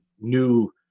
new